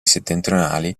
settentrionali